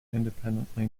independently